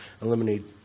eliminate